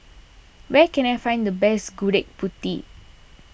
where can I find the best Gudeg Putih